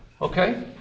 Okay